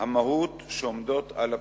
המהות שעומדות על הפרק.